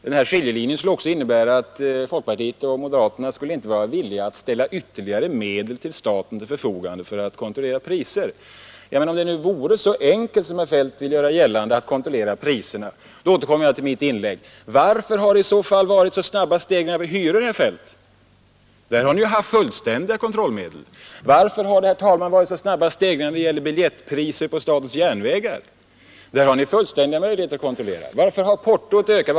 Den här skiljelinjen skulle också innebära att folkpartiet och moderaterna inte skulle vara villiga att ställa ytterligare medel till statens förfogande för att kontrollera priser. Tänk om det ändå vore så enkelt som herr Feldt vill göra gällande att kontrollera priserna! Varför har det i så fall varit så snabba stegringar i hyrorna, herr Feldt? Där har ni ju haft fullständiga kontrollmedel. Varför har det, herr talman, varit så snabba stegringar när det gäller biljettpriser på statens järnvägar? Där har ni, herr Feldt, fullständiga möjligheter att utöva kontroll. Varför har portot ökat?